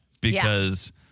because-